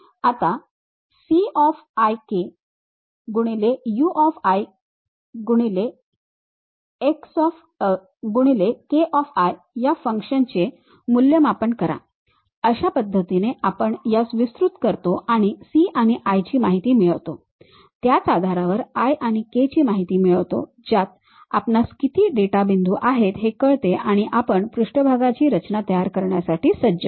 आता cikx ux k या function चे मूल्यमापन करा अशा पद्धतीने आपण यास विस्तृत करतो आणि c आणि i ची माहिती मिळवतो त्याच आधारावर i आणि k ची माहिती मिळवतो ज्यात आपणास किती डेटा बिंदू आहेत हे कळते आणि आपण पृष्ठभागाची रचना तयार करण्यासाठी सज्ज होतो